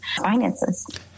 finances